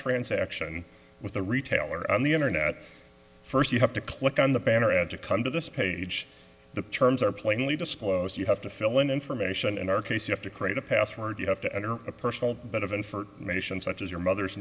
transaction with the retailer on the internet first you have to click on the banner ad to come to this page the terms are plainly disclosed you have to fill in information in our case you have to create a password you have to enter a personal but of and for nations such as your mother's